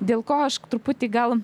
dėl ko aš truputį gal